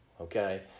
Okay